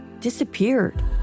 disappeared